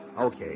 okay